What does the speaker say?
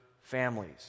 families